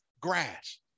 grass